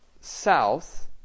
South